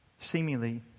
Seemingly